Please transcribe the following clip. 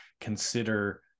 consider